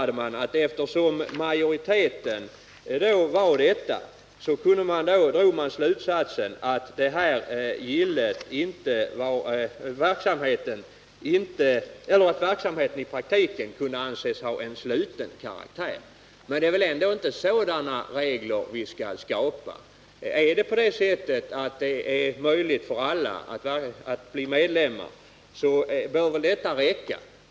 Eftersom majoriteten var medlemmar i denna konsumentförening, drog polismyndigheten slutsatsen att verksamheten i praktiken kunde anses ha en sluten karaktär. Det är väl ändå inte sådana regler vi skall skapa. Det bör räcka om det är möjligt för alla att bli medlemmar.